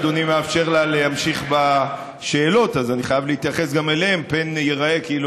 ועדת השרים הוציאה הנחיה שתבדקו את עצמכם.